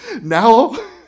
Now